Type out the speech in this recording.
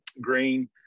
green